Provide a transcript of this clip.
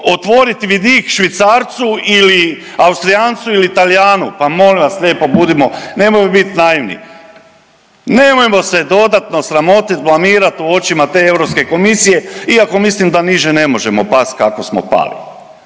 otvoriti vidik Švicarcu ili Austrijancu ili Talijanu? Pa molim vas lijepo budimo, nemojmo bit naivni. Nemojmo se dodatno sramotit, blamirat u očima te Europske komisije iako mislim da niže ne možemo pasti kako smo pali.